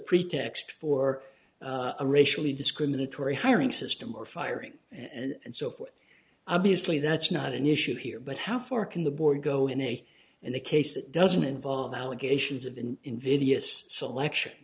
pretext for a racially discriminatory hiring system or firing and so forth obviously that's not an issue here but how far can the board go in a in a case that doesn't involve allegations of an invidious selection